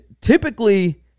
typically